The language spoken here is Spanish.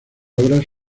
obras